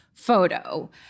photo